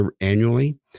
annually